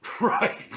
Right